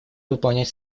выполнять